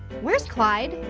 where's clyde?